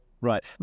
Right